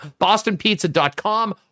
BostonPizza.com